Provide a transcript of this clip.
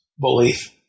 belief